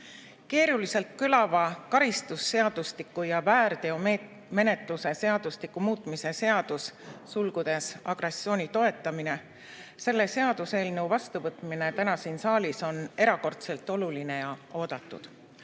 Keeruliselt kõlava karistusseadustiku ja väärteomenetluse seadustiku muutmise seaduse (agressiooni toetamine) eelnõu seadusena vastuvõtmine täna siin saalis on erakordselt oluline ja oodatud.